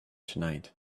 tonight